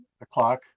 o'clock